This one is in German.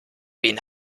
wen